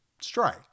strike